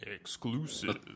exclusive